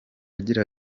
agira